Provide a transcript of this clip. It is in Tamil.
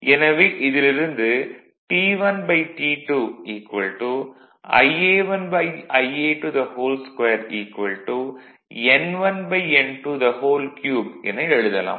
எனவே இதிலிருந்து T1T2 Ia1Ia22 n1n23 என எழுதலாம்